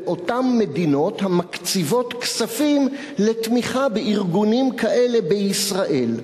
באותן מדינות המקציבות כספים לתמיכה בארגונים כאלה בישראל.